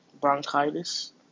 bronchitis